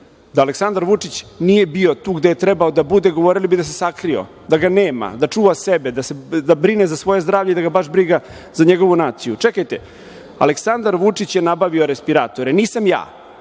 Da Aleksandar Vučić nije bio tu gde je trebao da bude, govorili bi da se sakrio, da ga nema, da čuva sebe, da brine za svoje zdravlje i da ga baš briga za njegovu naciju. Čekajte, Aleksandar Vučić je nabavio respiratore, nisam ja,